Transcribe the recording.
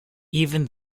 even